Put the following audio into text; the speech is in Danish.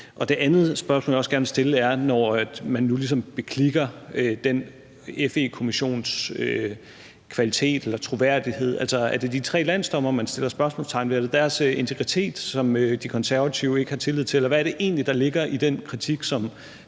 Det andet spørgsmål, jeg også gerne vil stille, når man nu ligesom beklikker den FE-kommissions kvalitet eller troværdighed, er: Er det de tre landsdommere, man sætter spørgsmålstegn ved? Er det deres integritet, som De Konservative ikke har tillid til, eller hvad er det egentlig, der ligger i den kritik,